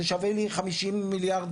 זה שווה לי 50 מיליארד,